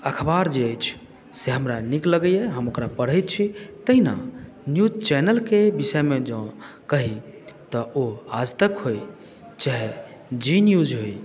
अखबार जे अछि से हमरा नीक लगैए हम ओकरा पढ़ैत छी तहिना न्यूज़ चैनलके विषयमे जँ कही तऽ ओ आजतक होइ चाहे जी न्यूज़ होइ